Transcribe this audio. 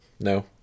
No